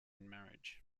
marriage